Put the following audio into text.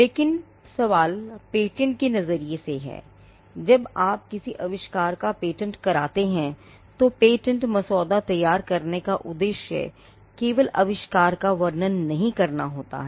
लेकिन सवाल पेटेंट के नजरिए से है जब आप किसी आविष्कार का पेटेंट कराते हैं तो पेटेंट मसौदा तैयार करने का उद्देश्य केवल आविष्कार का वर्णन नहीं करना होता है